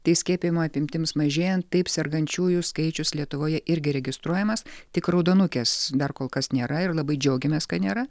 tai skiepijimo apimtims mažėjant taip sergančiųjų skaičius lietuvoje irgi registruojamas tik raudonukės dar kol kas nėra ir labai džiaugiamės kad nėra